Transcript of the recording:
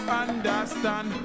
understand